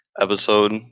episode